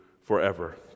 forever